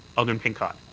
alderman pincott.